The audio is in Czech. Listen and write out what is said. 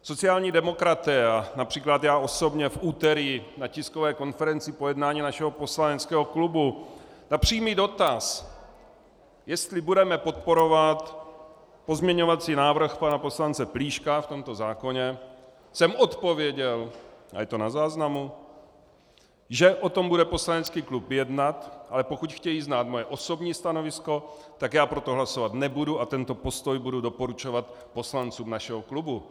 Sociální demokraté a například já osobně v úterý na tiskové konferenci po jednání našeho poslaneckého klubu na přímý dotaz, jestli budeme podporovat pozměňovací návrh pana poslance Plíška v tomto zákoně, jsem odpověděl, a je to na záznamu, že o tom bude poslanecký klub jednat, ale pokud chtějí znát moje osobní stanovisko, tak já pro to hlasovat nebudu a tento postoj budu doporučovat poslancům našeho klubu.